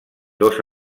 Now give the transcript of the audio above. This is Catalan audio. dos